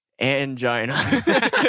angina